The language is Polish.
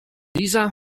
liza